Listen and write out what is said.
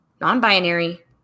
non-binary